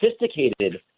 sophisticated